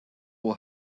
will